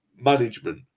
management